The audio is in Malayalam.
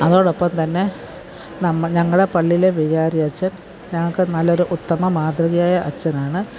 അതോടൊപ്പം തന്നെ നമ്മള് ഞങ്ങളുടെ പള്ളിയിലെ വികാരിയച്ചൻ ഞങ്ങള്ക്ക് നല്ലൊരു ഉത്തമമാതൃകയായ അച്ചനാണ്